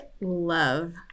love